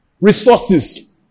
resources